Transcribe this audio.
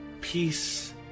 peace